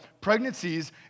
Pregnancies